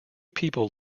people